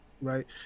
Right